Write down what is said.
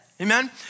Amen